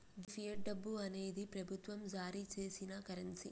గీ fiat డబ్బు అనేది ప్రభుత్వం జారీ సేసిన కరెన్సీ